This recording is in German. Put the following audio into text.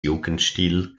jugendstil